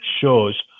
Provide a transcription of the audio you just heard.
shows